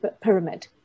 pyramid